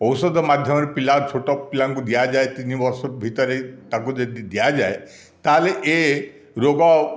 ଔଷଧ ମାଧ୍ୟମରେ ପିଲା ଛୋଟପିଲାଙ୍କୁ ଦିଆଯାଏ ତିନି ବର୍ଷ ଭିତରେ ତାକୁ ଯଦି ଦିଆଯାଏ ତାହେଲେ ଏ ରୋଗ